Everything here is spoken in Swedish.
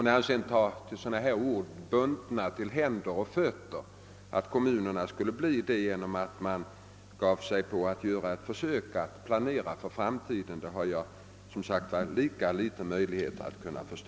När han sedan tar till sådana ord som att kommunerna skulle bli bundna till händer och fötter genom att man vågar försöka planera för framtiden har jag lika liten möjlighet att begripa honom.